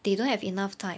they don't have enough time